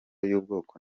y’ubwonko